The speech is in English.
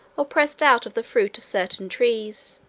or pressed out of the fruit of certain trees,